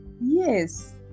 Yes